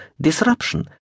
disruption